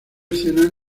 escena